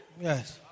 Yes